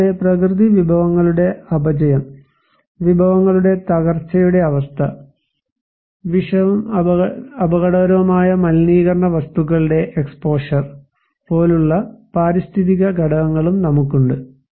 കൂടാതെ പ്രകൃതിവിഭവങ്ങളുടെ അപചയം വിഭവങ്ങളുടെ തകർച്ചയുടെ അവസ്ഥ വിഷവും അപകടകരവുമായ മലിനീകരണ വസ്തുക്കളുടെ എക്സ്പോഷർ പോലുള്ള പാരിസ്ഥിതിക ഘടകങ്ങളും നമുക്കുണ്ട്